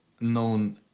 known